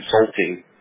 consulting